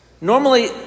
Normally